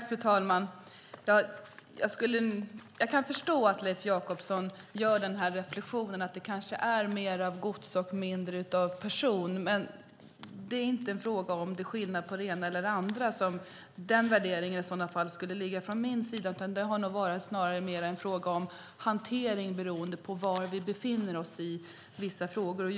Fru talman! Jag kan förstå att Leif Jakobsson gör reflexionen att det kanske är mer av godstrafik och mindre av persontrafik. Min värdering av det hela handlar dock inte om att det skulle vara skillnad på det ena eller andra. Snarare har det varit en fråga om hantering beroende på var i processen vi befinner oss.